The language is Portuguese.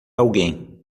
alguém